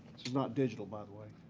not digital by the way.